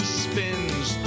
spins